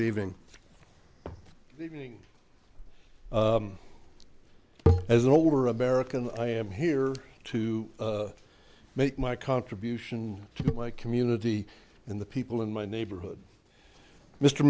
even as an older american i am here to make my contribution to my community and the people in my neighborhood mr